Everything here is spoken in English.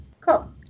Cool